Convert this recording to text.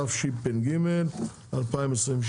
התשפ"ג-2023.